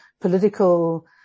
political